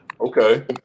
okay